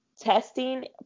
testing